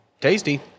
tasty